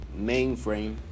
mainframe